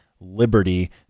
Liberty